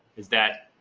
is that,